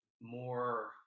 more